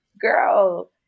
girl